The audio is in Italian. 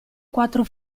quattro